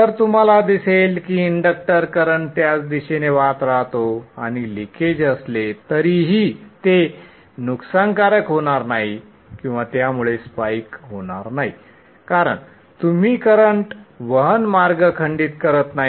तर तुम्हाला दिसेल की इंडक्टर करंट त्याच दिशेने वाहत राहतो आणि लिकेज असले तरीही ती नुकसान कारक होणार नाही किंवा त्यामुळे स्पाइक होणार नाही कारण तुम्ही करंट वहन मार्ग खंडित करत नाही